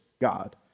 God